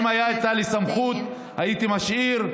גם אם הייתה לי סמכות, הייתי משאיר.